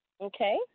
Okay